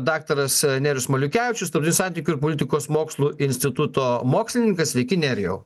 daktaras nerijus maliukevičius tarptautinių santykių ir politikos mokslų instituto mokslininkas sveiki nerijau